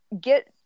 get